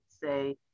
say